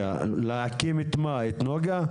להקים את מה, את נגה?